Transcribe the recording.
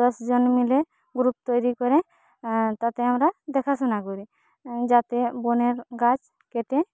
দশ জন মিলে গ্রুপ তৈরি করে তাকে আমরা দেখাশোনা করি যাতে বনের গাছ কেটে